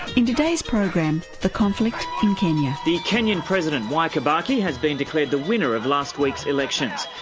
in today's program, the conflict in kenya. the kenyan president, mwai kibaki, has been declared the winner of last week's elections.